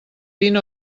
vint